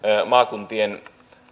maakuntien